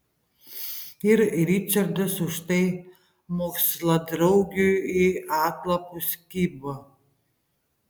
ir ričardas už tai moksladraugiui į atlapus kibo